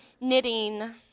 knitting